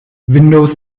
windows